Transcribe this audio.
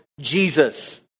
Jesus